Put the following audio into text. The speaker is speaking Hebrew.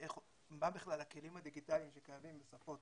למה בכלל הכלים הדיגיטליים שקיימים בשפות